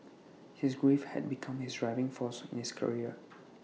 his grief had become his driving force in his career